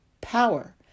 power